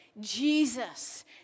Jesus